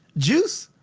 juice.